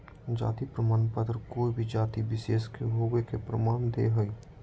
जाति प्रमाण पत्र कोय भी जाति विशेष के होवय के प्रमाण दे हइ